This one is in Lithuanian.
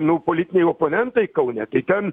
nu politiniai oponentai kaune tai ten